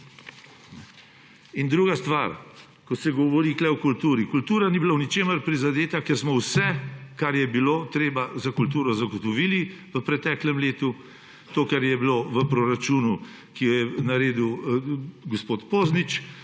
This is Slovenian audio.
Druga stvar, ko se govori tu o kulturi. Kultura ni bila v ničemer prizadeta, ker smo vse, kar je bilo treba, za kulturo zagotovili v preteklem letu, to, kar je bilo v proračunu, ki ga je naredil gospod Poznič,